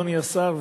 אדוני השר,